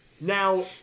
Now